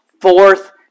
fourth